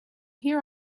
here